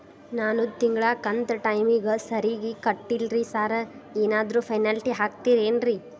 ನಾನು ತಿಂಗ್ಳ ಕಂತ್ ಟೈಮಿಗ್ ಸರಿಗೆ ಕಟ್ಟಿಲ್ರಿ ಸಾರ್ ಏನಾದ್ರು ಪೆನಾಲ್ಟಿ ಹಾಕ್ತಿರೆನ್ರಿ?